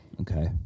Okay